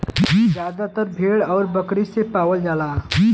जादातर भेड़ आउर बकरी से पावल जाला